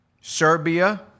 Serbia